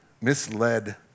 misled